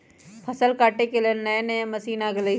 फसल काटे के लेल नया नया मशीन आ गेलई ह